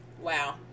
Wow